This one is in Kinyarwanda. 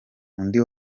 undi